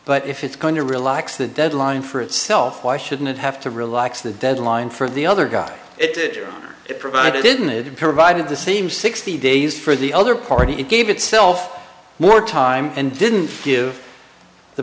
but if it's going to relax the deadline for itself why shouldn't it have to relax the deadline for the other guy it did it provided didn't it provided the same sixty days for the other party gave itself more time and didn't give the